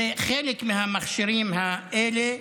זה חלק מהמכשירים האלה.